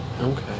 Okay